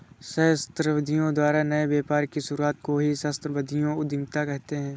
सहस्राब्दियों द्वारा नए व्यापार की शुरुआत को ही सहस्राब्दियों उधीमता कहते हैं